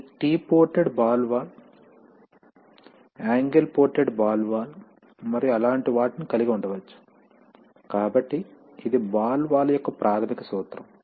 ఇది T ported ball valve angle ported ball valve మరియు అలాంటి వాటిని కలిగి ఉండవచ్చు కాబట్టి ఇది బాల్ వాల్వ్స్ యొక్క ప్రాథమిక సూత్రం